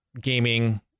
gaming